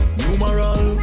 numeral